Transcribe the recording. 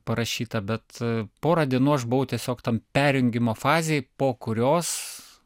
parašyta bet porą dienų aš buvau tiesiog tam perjungimo fazėj po kurios